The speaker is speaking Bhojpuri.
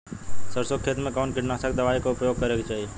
सरसों के खेत में कवने कीटनाशक दवाई क उपयोग करे के चाही?